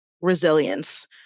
resilience